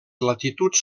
latituds